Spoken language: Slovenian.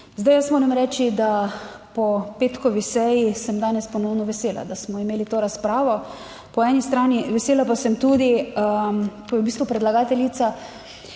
Zdaj jaz moram reči, da po petkovi seji sem danes ponovno vesela, da smo imeli to razpravo po eni strani. Vesela pa sem tudi, ko je v bistvu predlagateljica